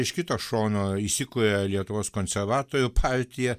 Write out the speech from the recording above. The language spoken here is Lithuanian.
iš kito šono įsikuria lietuvos konservatorių partija